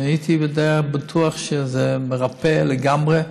שאם הייתי בטוח שזה מרפא לגמרי,